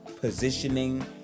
positioning